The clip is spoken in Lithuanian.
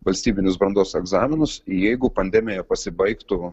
valstybinius brandos egzaminus jeigu pandemija pasibaigtų